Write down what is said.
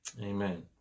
amen